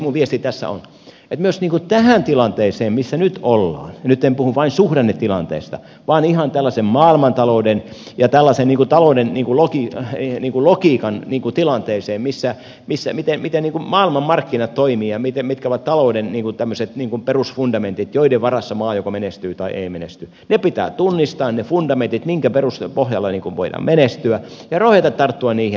minun viestini tässä on että myös tähän tilanteeseen missä nyt ollaan ja nyt en puhu vain suhdannetilanteesta vaan ihan tällaisen maailmantalouden ja tällaisen talouden logiikan tilanteeseen miten maailmanmarkkinat toimivat ja mitkä ovat talouden perusfundamentit joiden varassa maa joko menestyy tai ei menesty pitää tunnistaa ne fundamentit minkä pohjalta voidaan menestyä ja rohjeta tarttua niihin